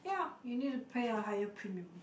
ya you need to pay a higher premium